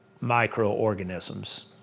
microorganisms